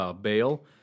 bail